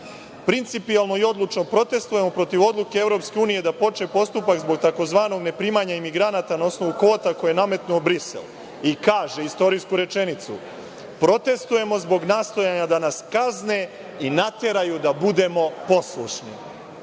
Principijelno i odlučno protestujemo protiv odluke EU da počne postupak zbog tzv. ne primanja imigranata zbog kvota koje je nametnuo Brisel i kaže istorijsku rečenicu – protestujemo zbog nastojanja da nas kazne i nateraju da budemo poslušni. To